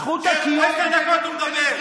עשר דקות הוא מדבר.